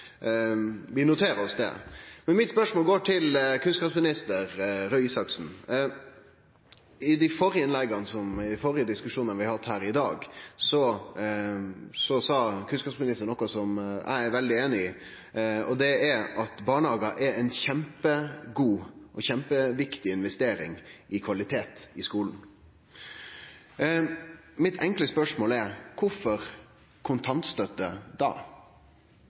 Vi noterer oss det. I diskusjonar vi har hatt her tidlegare i dag, sa kunnskapsministeren noko som eg er veldig einig i, og det er at barnehagar er ei kjempegod og -viktig investering i kvalitet i skulen. Mitt enkle spørsmål til kunnskapsminister Røe Isaksen er: Kvifor kontantstøtte da?